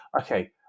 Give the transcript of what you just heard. okay